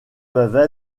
peuvent